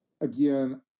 Again